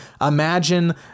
Imagine